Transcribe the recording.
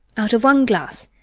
out of one glass.